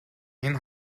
энэ